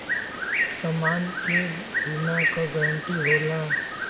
समान के बीमा क गारंटी होला